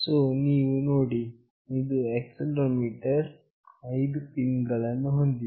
so ನೀವು ನೋಡಿ ಇದು ಆಕ್ಸೆಲೆರೋಮೀಟರ್ ಇದು 5 ಪಿನ್ ಗಳನ್ನು ಹೊಂದಿದೆ